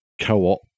co-op